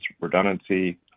redundancy